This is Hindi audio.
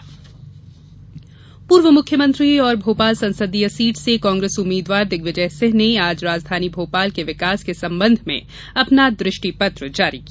दिग्विजय घोषणा पत्र पूर्व मुख्यमंत्री और भोपाल संसदीय सीट से कांग्रेस उम्मीद्वार दिग्विजय सिंह ने आज राजधानी भोपाल के विकास के संबंध में अपना दुष्टिपत्र जारी किया